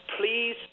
Please